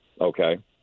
Okay